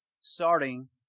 starting